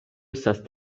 estas